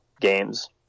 games